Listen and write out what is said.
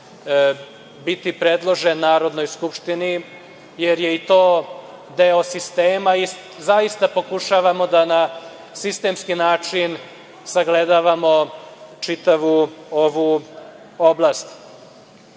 biti predložen Narodnoj skupštini jer je i to deo sistema. Zaista pokušavamo da na sistemski način sagledavamo čitavu ovu oblast. Malo